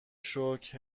شکر